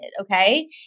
Okay